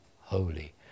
holy